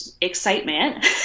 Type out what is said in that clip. excitement